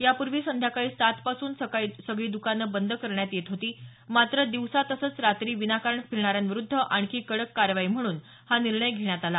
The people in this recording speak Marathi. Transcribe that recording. यापूर्वी संध्याकाळी सात पासून सगळी दुकानं बंद करण्यात येत होती मात्र दिवसा तसंच रात्री विनाकारण फिरणाऱ्याविरूद्ध आणखी कडक कारवाई म्हणून हा निर्णय घेण्यात आला